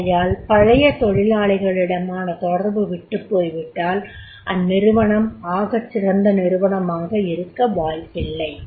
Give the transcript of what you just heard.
ஆகையால் பழைய தொழிலாளிகளிடமான தொடர்பு விட்டுப்போய்விட்டால் அந்நிறுவனம் ஆகச்சிறந்த நிறுவனமாக இருக்க வாய்ப்பில்லை